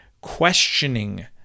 Questioning